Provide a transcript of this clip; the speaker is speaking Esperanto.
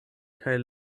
kaj